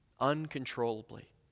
uncontrollably